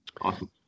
Awesome